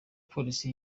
polisi